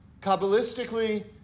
Kabbalistically